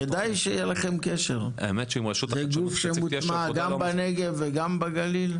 כדאי שיהיה לכם קשר, זה גוף שגם בנגב וגם בגליל.